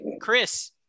chris